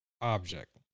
object